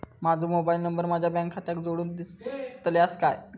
माजो mobile number माझ्या bank खात्याक जोडून दितल्यात काय?